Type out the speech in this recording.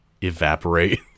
evaporate